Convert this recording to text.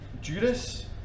Judas